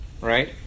right